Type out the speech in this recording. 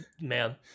Man